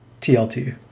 TLT